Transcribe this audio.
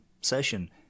session